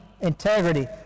integrity